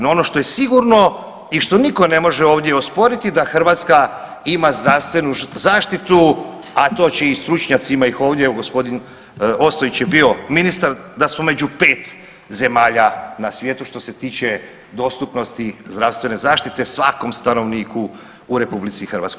No ono što je sigurno i što niko ovdje ne može osporiti da Hrvatska ima zdravstvenu zaštitu, a to će i stručnjaci ima ih ovdje evo g. Ostojić je bio ministar da smo među pet zemalja na svijetu što se tiče dostupnosti zdravstvene zaštite svakom stanovniku u RH.